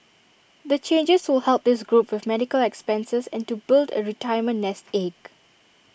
the changes will help this group with medical expenses and to build A retirement nest egg